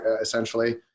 essentially